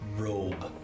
Robe